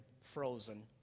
Frozen